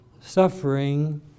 suffering